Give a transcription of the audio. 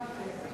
בבקשה,